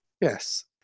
Yes